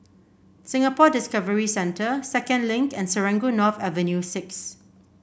Singapore Discovery Centre Second Link and Serangoon North Avenue Six